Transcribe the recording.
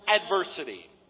adversity